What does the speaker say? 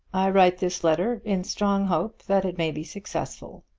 i write this letter in strong hope that it may be successful.